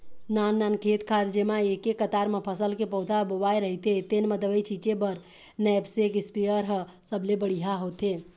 नाननान खेत खार जेमा एके कतार म फसल के पउधा बोवाए रहिथे तेन म दवई छिंचे बर नैपसेक इस्पेयर ह सबले बड़िहा होथे